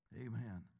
Amen